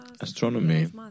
astronomy